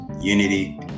unity